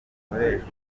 rwanda